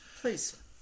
Please